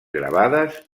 gravades